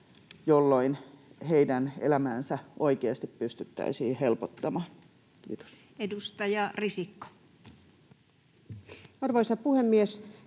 jolloin heidän elämäänsä oikeasti pystyttäisiin helpottamaan. — Kiitos. Edustaja Risikko. Arvoisa puhemies!